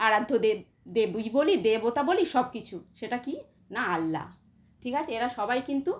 আরাধ্য দেব দেবী বলি দেবতা বলি সব কিছু সেটা কী না আল্লা ঠিক আছে এরা সবাই কিন্তু